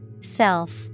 self